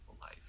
life